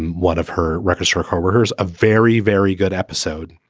one of her records, her co-workers, a very, very good episode.